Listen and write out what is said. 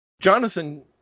Jonathan